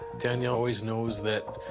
danielle always knows that,